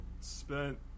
spent